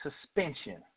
suspension